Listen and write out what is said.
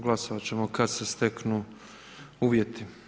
Glasovat ćemo kad se steknu uvjeti.